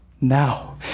now